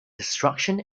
destruction